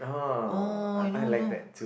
oh you know you know